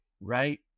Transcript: right